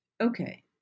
okay